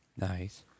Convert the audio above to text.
Nice